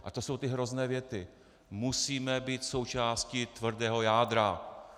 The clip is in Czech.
A to jsou ty hrozné věty: Musíme být součástí tvrdého jádra!